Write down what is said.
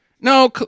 No